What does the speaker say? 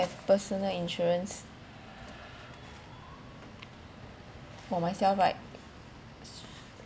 have personal insurance for myself right